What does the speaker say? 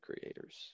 creators